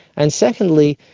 and secondly,